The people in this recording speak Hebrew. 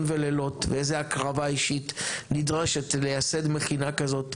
ולילות ואיזו הקרבה אישית נדרשת לייסד מכינה כזאת,